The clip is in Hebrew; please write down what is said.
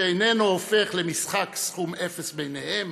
שאיננו הופך למשחק סכום אפס ביניהם?